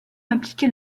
appliqué